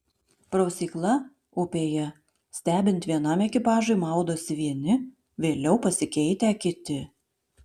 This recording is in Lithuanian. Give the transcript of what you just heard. prausykla upėje stebint vienam ekipažui maudosi vieni vėliau pasikeitę kiti